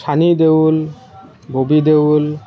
Chani Deul Bobby Deul